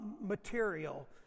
material